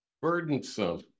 burdensome